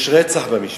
יש רצח במשפחה.